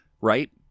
right